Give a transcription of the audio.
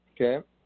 Okay